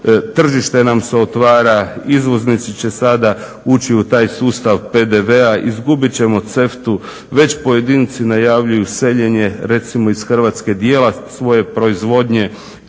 Tržište nam se otvara, izvoznici će sada ući u taj sustav PDV-a, izgubit ćemo CEFTA-u, već pojedinci najavljuju seljenje recimo iz Hrvatske dijela svoje proizvodnje.